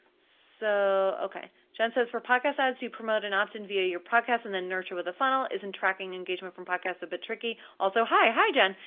so, okay, jan says, for podcast ads, do you promote an opt-in via your podcast and then nurture with a funnel, isn't tracking engagement from podcasts a bit tricky? also, hi. hi, jan,